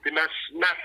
tai mes na